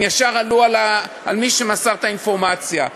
הם ישר עלו על מי שמסר את האינפורמציה.